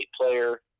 player